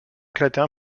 éclater